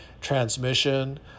transmission